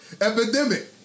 Epidemic